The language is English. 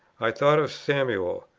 i thought of samuel,